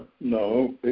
no